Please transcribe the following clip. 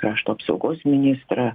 krašto apsaugos ministrą